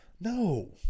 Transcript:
No